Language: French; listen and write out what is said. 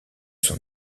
son